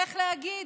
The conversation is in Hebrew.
איך להגיד?